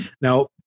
Now